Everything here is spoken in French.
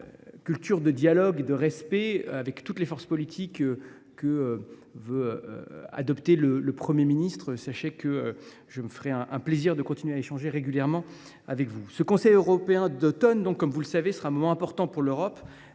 culture de dialogue et de respect avec toutes les forces politiques que promeut le Premier ministre. Sachez que je me ferai un plaisir de continuer à échanger régulièrement avec vous. Ce Conseil européen d’automne sera un moment important pour l’Europe,